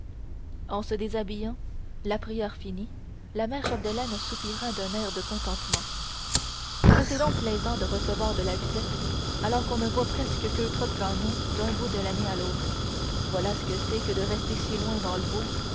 en se déshabillant la prière finie la mère chapdelaine soupira d'un air de contentement que c'est donc plaisant de recevoir de la visite alors qu'on ne voit presque qu'eutrope gagnon d'un bout de l'année à l'autre voilà ce que c'est que de rester si loin dans les bois